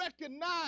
recognize